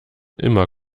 immer